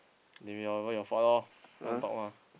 they whatever your fault lor don't talk lah